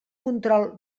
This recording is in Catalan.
control